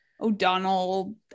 o'donnell